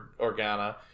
Organa